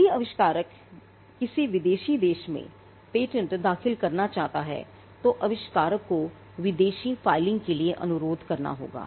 यदि आविष्कारक किसी विदेशी देश में पेटेंट दाखिल करना चाहता है तो आविष्कारक को विदेशी फाइलिंग के लिए अनुरोध करना होगा